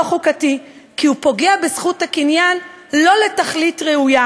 חוקתי כי הוא פוגע בזכות הקניין לא לתכלית ראויה.